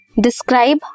Describe